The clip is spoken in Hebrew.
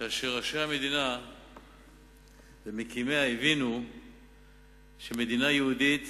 כאשר ראשי המדינה ומקימיה הבינו שמדינה יהודית